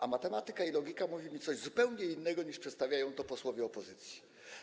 A matematyka i logika mówią mi coś zupełnie innego, niż przedstawiają to posłowie opozycji.